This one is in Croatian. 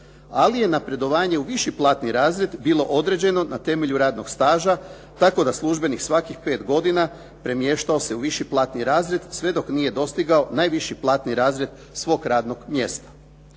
Ali je napredovanje u viši platni razred bilo određeno na temelju radnog staža tako da službenik svakih 5 godina premještao se u viši platni razred sve dok nije dostigao najviši platni razred svog radnog mjesta.